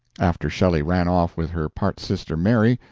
after shelley ran off with her part-sister mary,